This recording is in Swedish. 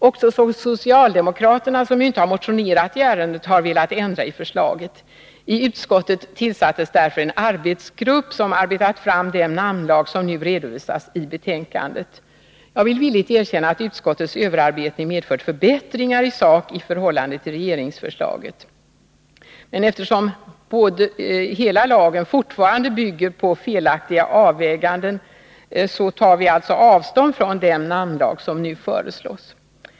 Också socialdemokraterna, som ju inte har motionerat i ärendet, har velat ändra i förslaget. I utskottet tillsattes därför en arbetsgrupp, och denna har arbetat fram den namnlag som nu redovisas i betänkandet. Jag skall villigt erkänna att utskottets överarbetning i sak medfört förbättringar i förhållande till regeringsförslaget. Men eftersom hela lagen fortfarande bygger på felaktiga avvägningar, tar vi avstånd från den namnlag som nu föreslås.